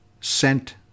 sent